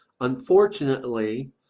unfortunately